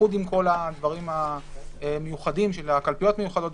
במיוחד עם הדברים המיוחדים של קלפיות מיוחדות,